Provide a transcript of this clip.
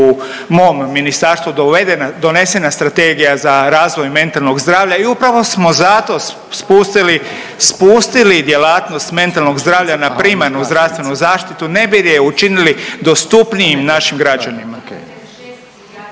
u mom ministarstvu donesena Strategija za razvoj mentalnog zdravlja i upravo smo zato spustili djelatnost mentalnog zdravlja na primarnu zdravstvenu zaštitu ne bi li je učinili dostupniji našim građanima.